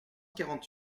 quarante